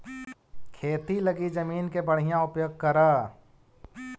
खेती लगी जमीन के बढ़ियां उपयोग करऽ